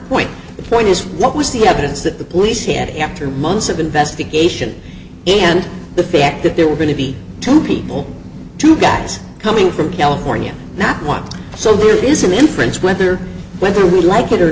point the point is what was the evidence that the police had after months of investigation and the fact that there were going to be two people two guys coming from california now one so there is an inference whether whether we like it or